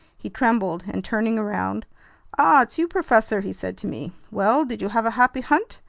he trembled, and turning around ah, it's you, professor! he said to me. well, did you have a happy hunt?